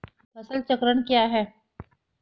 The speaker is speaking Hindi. फसल चक्रण क्या है?